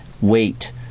wait